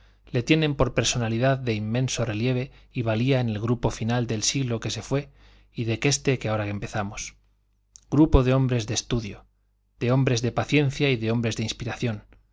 le tienen por personalidad de inmenso relieve y valía en el grupo final del siglo que se fue y de este que ahora empezamos grupo de hombres de estudio de hombres de paciencia y de hombres de inspiración